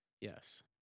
Yes